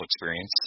experience